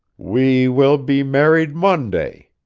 we will be married monday,